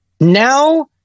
now